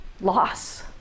loss